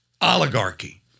oligarchy